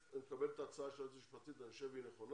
אני מקבל את ההצעה של היועצת המשפטית וחושב שהיא נכונה,